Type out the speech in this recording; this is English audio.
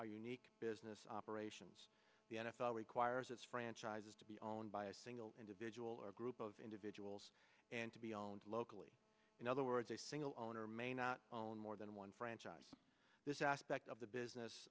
are unique business operations the n f l requires its franchises to be owned by a single individual or group of individuals and to be owned locally in other words a single owner may not own more than one franchise this aspect of the business